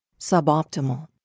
suboptimal